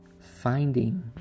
finding